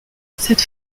cette